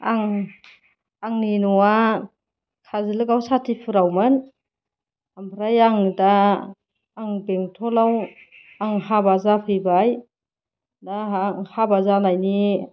आं आंनि न'आ काजोलगाव सान्तिपुरावमोन ओमफ्राय आं दा आं बेटलाव हाबा जाफैबाय दा आंहा हाबा जानायनि